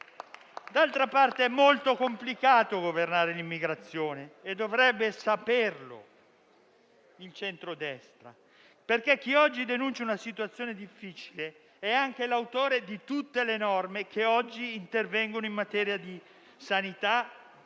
D'altra parte è molto complicato governare l'immigrazione e dovrebbe saperlo il centrodestra, perché chi oggi denuncia una situazione difficile è anche l'autore di tutte le norme che intervengono in materia di sanità e di